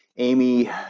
Amy